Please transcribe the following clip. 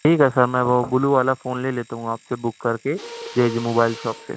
ٹھیک ہے سر میں وہ بلو والا فون لے لیتا ہوں آپ سے بک کر کے جے جے موبائل شاپ سے